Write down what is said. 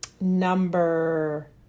number